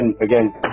again